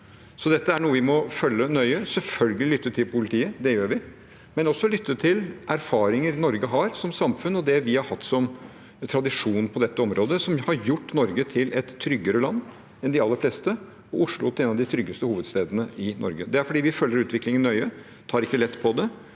dette er noe vi må følge nøye. Vi skal selvfølgelig lytte til politiet – det gjør vi – men vi skal også se på erfaringer Norge har som samfunn og det vi har hatt som tradisjon på dette området, som har gjort Norge til et tryggere land enn de aller fleste, og som har gjort Oslo til en av de tryggeste hovedstedene. Det er fordi vi følger utviklingen nøye og ikke tar lett på det,